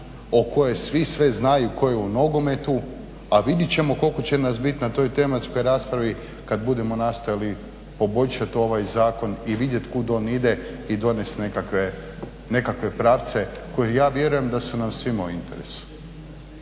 o kojoj svi sve znaju, kao i u nogometu a vidit ćemo koliko će nas bit na toj tematskoj raspravi kad budemo poboljšat ovaj zakon i vidjet kud on ide i donest nekakve pravce koje ja vjerujem da su nam svima u interesu.